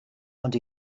ond